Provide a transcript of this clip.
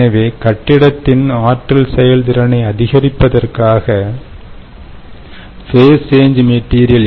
எனவே கட்டிடத்தின் ஆற்றல் செயல்திறனைஅதிகரிப்பதற்காக ஃபேஸ் சேஞ் மெட்டீரியல்